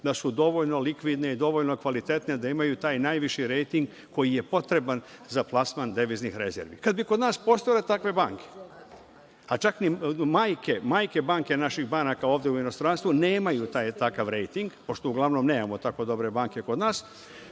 da su dovoljno likvidne i dovoljno kvalitetne da imaju taj najviši rejting koji je potreban za plasman deviznih rezervi. Kada bi kod nas postojale takve banke, a čak ni majke banaka naših banaka ovde u inostranstvu nemaju takav rejting, pošto uglavnom nemamo tako dobre banke kod nas,